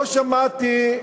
לא שמעתי,